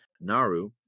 Naru